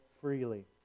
freely